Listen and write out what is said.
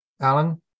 Alan